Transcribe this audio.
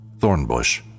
Thornbush